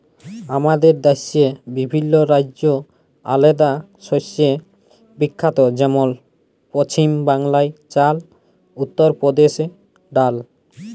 আমাদের দ্যাশে বিভিল্ল্য রাজ্য আলেদা শস্যে বিখ্যাত যেমল পছিম বাংলায় চাল, উত্তর পরদেশে ডাল